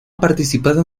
participado